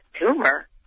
tumor